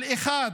האחד,